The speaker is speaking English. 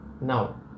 now